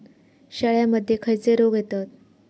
शेळ्यामध्ये खैचे रोग येतत?